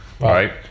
right